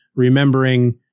Remembering